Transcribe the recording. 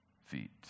feet